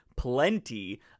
plenty